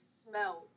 smell